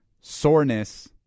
soreness